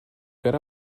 get